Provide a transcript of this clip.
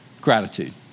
gratitude